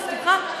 מבטיחה.